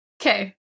Okay